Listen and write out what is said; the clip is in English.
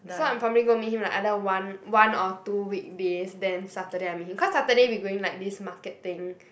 so I'm probably going to meet him like either one one or two weekdays then Saturday I meet him cause Saturday we going like this market thing